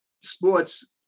Sports